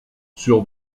sur